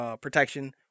protection